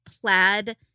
plaid